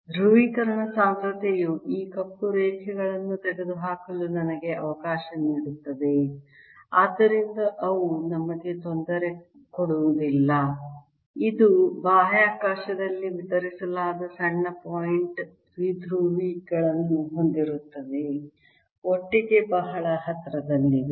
ಧ್ರುವೀಕರಣ ಸಾಂದ್ರತೆಯು ಈ ಕಪ್ಪು ರೇಖೆಗಳನ್ನು ತೆಗೆದುಹಾಕಲು ನನಗೆ ಅವಕಾಶ ನೀಡುತ್ತದೆ ಆದ್ದರಿಂದ ಅವು ನಮಗೆ ತೊಂದರೆ ಕೊಡುವುದಿಲ್ಲ ಇದು ಬಾಹ್ಯಾಕಾಶದಲ್ಲಿ ವಿತರಿಸಲಾದ ಸಣ್ಣ ಪಾಯಿಂಟ್ ದ್ವಿಧ್ರುವಿಗಳನ್ನು ಹೊಂದಿರುತ್ತದೆ ಒಟ್ಟಿಗೆ ಬಹಳ ಹತ್ತಿರದಲ್ಲಿದೆ